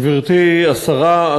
גברתי השרה,